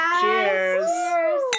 Cheers